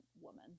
woman